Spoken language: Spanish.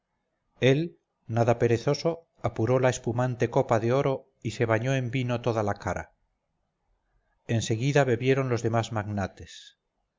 él nada perezoso apuró la espumante copa de oro y se bañó en vino toda la cara en seguida bebieron los demás magnates